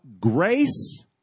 grace